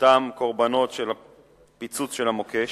אותם קורבנות של פיצוץ המוקש,